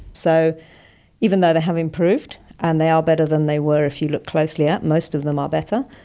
so even though they have improved and they are better than they were if you look closely, most of them are better,